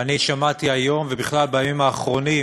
שמעתי היום, ובכלל בימים האחרונים,